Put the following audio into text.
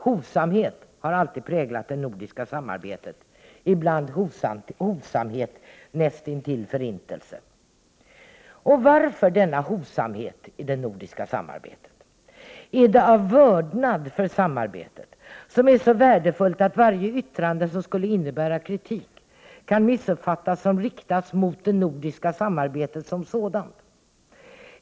Hovsamhet har alltid präglat det nordiska samarbetet, ibland hovsamhet näst intill förintelse. Varför denna hovsamhet i det nordiska samarbetet? Är det av vördnad för samarbetet, som är så värdefullt att varje yttrande som skulle innebära kritik kan missuppfattas som riktat mot det nordiska samarbetet som sådant?